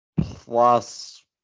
plus